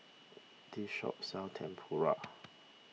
this shop sells Tempura